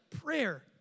prayer